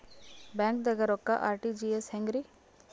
ಬ್ಯಾಂಕ್ದಾಗ ರೊಕ್ಕ ಆರ್.ಟಿ.ಜಿ.ಎಸ್ ಹೆಂಗ್ರಿ?